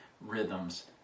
rhythms